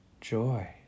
joy